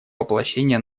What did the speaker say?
воплощение